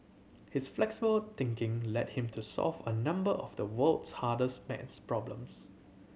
his flexible thinking led him to solve a number of the world's hardest maths problems